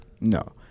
No